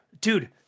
dude